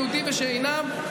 יהודים ושאינם,